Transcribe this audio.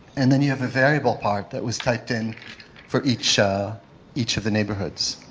and then you have a variable part that was typed in for each ah each of the neighborhoods.